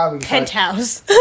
penthouse